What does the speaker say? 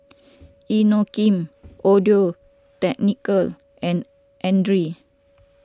Inokim Audio Technica and andre